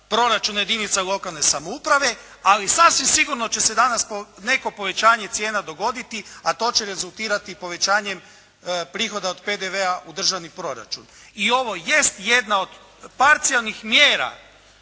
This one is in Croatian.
proračuna jedinica lokalne samouprave, ali sasvim sigurno će se danas neko povećanje cijena dogoditi, a to će rezultirati povećanjem prihoda od PDV-a u državni proračun. I ovo jest jedna od parcijalnih mjera,